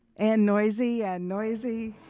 and noisy and noisy.